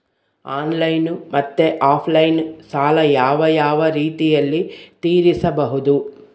Online ಮತ್ತೆ offline ಸಾಲ ಯಾವ ಯಾವ ರೇತಿನಲ್ಲಿ ತೇರಿಸಬಹುದು?